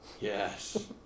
Yes